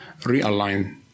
realign